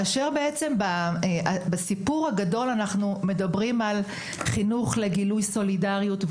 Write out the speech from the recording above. באופן כללי אנחנו מדברים על חינוך לגילוי סולידריות,